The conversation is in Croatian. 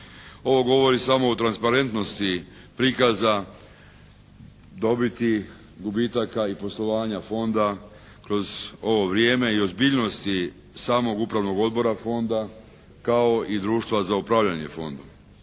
Ovo govori samo o transparentnosti prikaza, dobiti, gubitaka i poslovanja fonda kroz ovo vrijeme i ozbiljnosti samog upravnog odbora fonda kao i društva za upravljanje fondom.